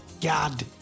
God